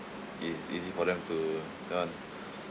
it's easy for them to want